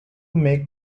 make